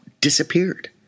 disappeared